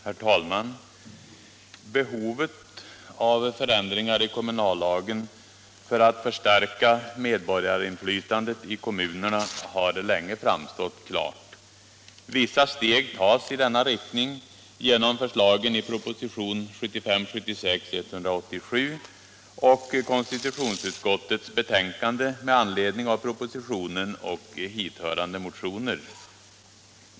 Herr talman! Behovet av förändringar i kommunallagen för att förstärka medborgarinflytandet i kommunerna har länge framstått klart. Vissa steg tas i denna riktning genom förslagen i proposition 1975/76:187 och konstitutionsutskottets betänkande med anledning av propositionen och hithörande motioner.